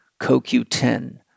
CoQ10